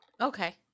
Okay